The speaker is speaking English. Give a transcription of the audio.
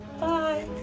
Bye